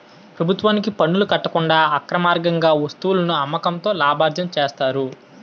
ప్రభుత్వానికి పనులు కట్టకుండా అక్రమార్గంగా వస్తువులను అమ్మకంతో లాభార్జన చేస్తారు